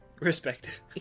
Respective